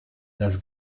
das